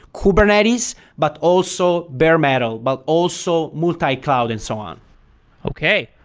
kubernetes, but also bare metal, but also multi-cloud and so on okay.